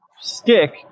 stick